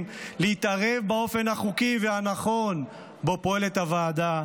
להתערב באופן החוקי והנכון שבו פועלת הוועדה,